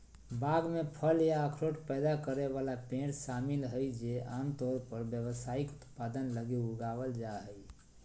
बाग में फल या अखरोट पैदा करे वाला पेड़ शामिल हइ जे आमतौर पर व्यावसायिक उत्पादन लगी उगावल जा हइ